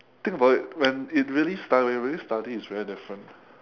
think about it when it really study when we really study is very different